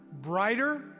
brighter